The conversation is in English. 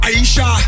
Aisha